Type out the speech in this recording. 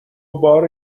بار